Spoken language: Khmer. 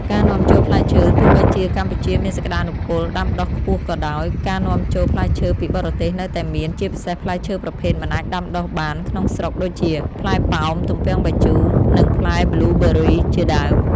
ការនាំចូលផ្លែឈើទោះបីជាកម្ពុជាមានសក្តានុពលដាំដុះខ្ពស់ក៏ដោយ ការនាំចូលផ្លែឈើពីបរទេសនៅតែមាន ជាពិសេសផ្លែឈើប្រភេទមិនអាចដាំដុះបានក្នុងស្រុកដូចជា ផ្លែប៉ោម ទំពាំងបាយជូ និង ផ្លែប៊្លូប៊ឺរី ជាដើម។